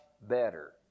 better